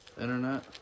internet